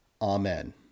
Amen